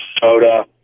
soda